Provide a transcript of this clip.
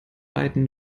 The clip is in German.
beiden